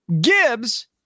Gibbs